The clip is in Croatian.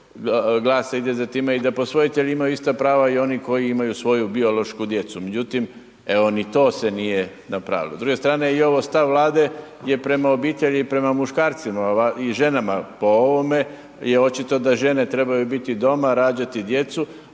GLAS-a ide za time i da posvojitelji imaju ista prava i oni koji imaju svoju biološku djecu, međutim, evo ni to se nije napravilo. S druge strane i ovo stav Vlade je prema obitelji i prema muškarcima i ženama po ovome je očito da žene trebaju biti doma, rađati djecu,